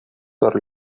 per